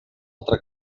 altra